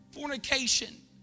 fornication